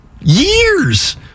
years